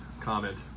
comment